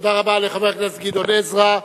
תודה רבה לחבר הכנסת גדעון עזרא.